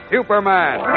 Superman